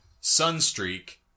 Sunstreak